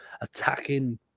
attacking